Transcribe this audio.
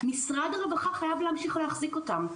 משרד הרווחה חייב להמשיך להחזיק אותם,